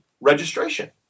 registration